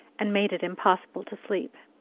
and made it impossible to sleep.